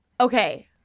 Okay